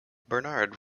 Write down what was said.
bernard